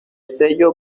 sello